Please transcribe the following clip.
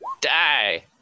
die